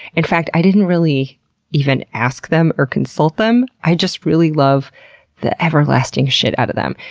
in fact, i didn't really even ask them or consult them. i just really love the everlasting shit out of them.